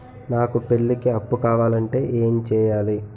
నాకు పెళ్లికి అప్పు కావాలంటే ఏం చేయాలి?